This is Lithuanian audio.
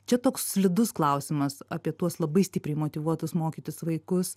čia toks slidus klausimas apie tuos labai stipriai motyvuotus mokytis vaikus